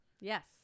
Yes